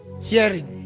Hearing